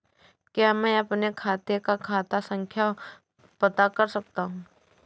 क्या मैं अपने खाते का खाता संख्या पता कर सकता हूँ?